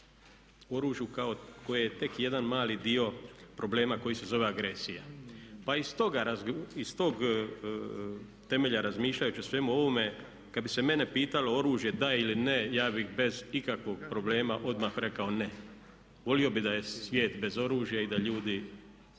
oružju koje je tek jedan mali dio problema koji se zove agresija. Pa iz tog temelja razmišljajući o svemu ovome kad bi se mene pitalo oružje da ili ne ja bih bez ikakvog problema odmah rekao ne. Volio bi da je svijet bez oružja i da ljudi